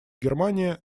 германия